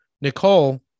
Nicole